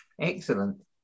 Excellent